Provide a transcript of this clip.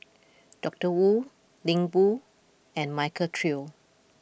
Doctor Wu Ling Wu and Michael Trio